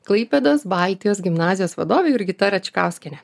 klaipėdos baltijos gimnazijos vadovė jurgita račkauskienė